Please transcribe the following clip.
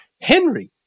Henry